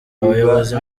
abayobozi